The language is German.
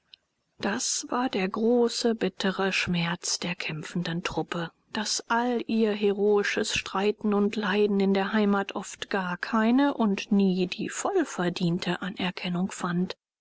das war der große bittre schmerz der kämpfenden truppe daß all ihr heroisches streiten und leiden in der heimat oft gar keine und nie die voll verdiente anerkennung fand